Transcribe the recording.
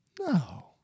No